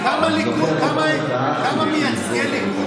שלמה, אין מה לומר.